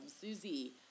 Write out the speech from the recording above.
Susie